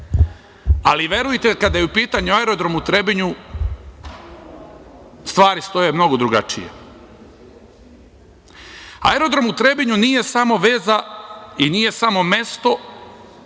razmišljanje. Verujte, kada je u pitanju aerodrom u Trebinju stvari stoje mnogo drugačije. Aerodrom u Trebinju nije samo veza i nije samo mesto